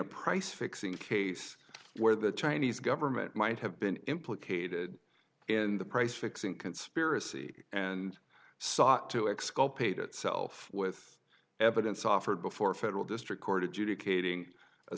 a price fixing case where the chinese government might have been implicated in the price fixing conspiracy and sought to exculpate itself with evidence offered before a federal district